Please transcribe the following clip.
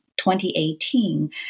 2018